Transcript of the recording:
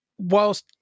whilst